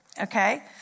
Okay